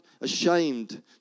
ashamed